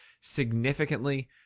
significantly